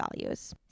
values